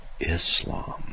Islam